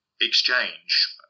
exchange